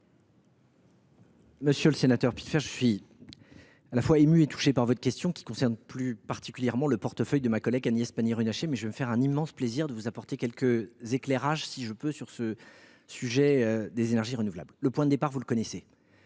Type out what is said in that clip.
Monsieur le sénateur Pillefer, je suis à la fois ému et touché par votre question, qui concerne plus particulièrement le portefeuille de ma collègue Agnès Pannier Runacher, mais je me ferai un immense plaisir de vous apporter quelques éclairages sur les énergies renouvelables. Vous le savez, nous mettons en